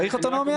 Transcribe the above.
צריך אוטונומיה.